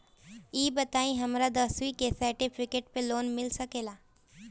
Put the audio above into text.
ई बताई हमरा दसवीं के सेर्टफिकेट पर लोन मिल सकेला?